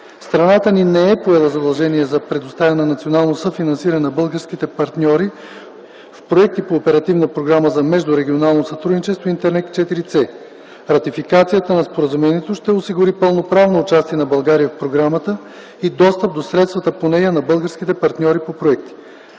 Страната ни не е поела задължение за предоставяне на национално съфинансиране на българските партньори в проекти по Оперативна програма за междурегионално сътрудничество „Интеррег ІVС”. Ратификацията на споразумението ще осигури пълноправно участие на България по програмата и достъп до средствата по нея на български партньори по проекти.